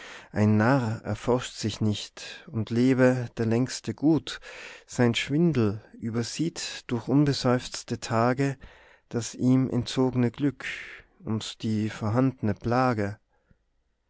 ein narr erforscht sich nicht und lebe der längste gut sein schwindel übersieht durch unbeseufzte tage das ihm entzogne glück und die vorhandne plage